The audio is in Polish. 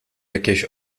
jakiejś